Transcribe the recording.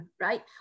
right